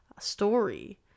story